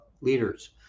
leaders